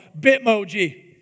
Bitmoji